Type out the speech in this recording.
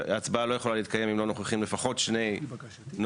שהצבעה לא יכולה להתקיים אם לא נוכחים לפחות שני נוכחים.